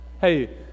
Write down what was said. Hey